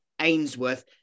Ainsworth